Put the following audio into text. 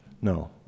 No